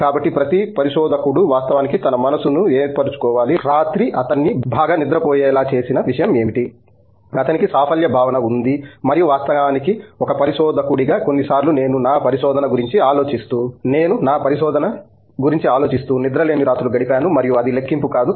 కాబట్టి ప్రతి పరిశోధకుడు వాస్తవానికి తన మనస్సును ఏర్పరచుకోవాలి రాత్రి అతన్ని బాగా నిద్రపోయేలా చేసిన విషయం ఏమిటి అతనికి సాఫల్య భావన ఉంది మరియు వాస్తవానికి ఒక పరిశోధకుడిగా కొన్నిసార్లు నేను నా పరిశోధన గురించి ఆలోచిస్తూ నిద్రలేని రాత్రులు గడిపాను మరియు అది లెక్కింపు కాదు